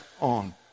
on